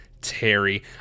Terry